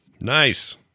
Nice